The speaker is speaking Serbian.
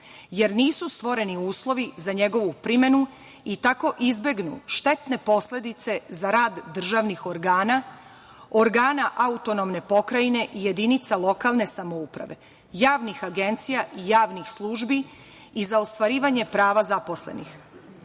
jer nisu stvoreni uslovi za njegovu primenu i tako izbegnu štetne posledice za rad državnih organa, organa AP, jedinica lokalne samouprave, javnih agencija, javnih službi i za ostvarivanje prava zaposlenih. Nezavisno